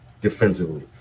defensively